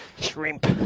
shrimp